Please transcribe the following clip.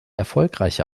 erfolgreiche